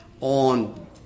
on